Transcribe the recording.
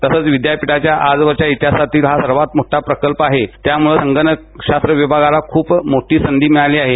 तसंच विद्यापीठाच्या आजवरच्या इतिहासातील हा सर्वात मोठा प्रकल्प असल्यामुळ संगणक शास्त्र विभागाला खूप मोठी संधी मिळाली आहे